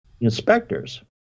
Inspectors